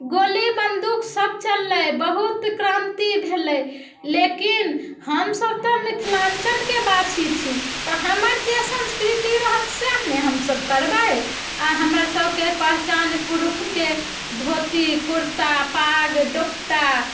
गोली बंदूक सब चललै बहुत क्रांति भेलै लेकिन हमसब तऽ मिथिलाञ्चलके बासी छी तऽ हमर जे संस्कृति रहत सहए ने हमसब करबै आ हमर सबके पहचान पुरुषके धोती कुर्ता पाग दोपटा